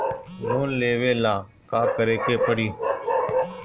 Loan लेवे ला का करे के पड़ी?